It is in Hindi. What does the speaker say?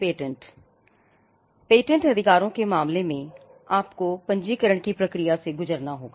पेटेंट अधिकारों के मामले में आपको पंजीकरण की प्रक्रिया से गुजरना होगा